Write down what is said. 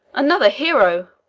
another hero!